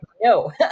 no